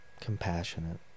compassionate